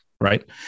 right